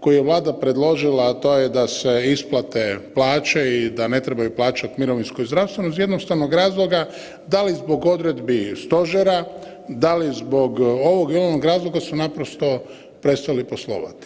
koje je Vlada predložila, a to je da se isplate plaće i da ne trebaju plaćati mirovinsko i zdravstveno iz jednostavnog razloga, da li zbog odredbi stožera, da li zbog ovog ili onog razloga su naprosto prestali poslovati.